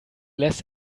less